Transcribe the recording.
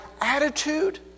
attitude